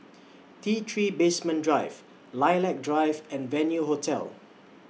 T three Basement Drive Lilac Drive and Venue Hotel